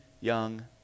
young